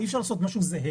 אי אפשר לעשות משהו זהה.